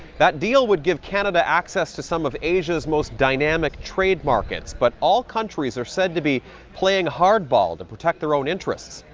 that deal would give canada access to some of asia's most dynamic trade markets, but all countries are said to be playing hardball to protect their own interests.